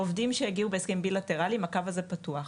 לעובדים שהגיעו בהסכמים בלטראליים הקו הזה פתוח.